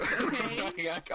okay